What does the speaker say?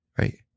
right